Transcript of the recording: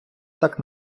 так